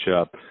up